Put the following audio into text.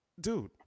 Dude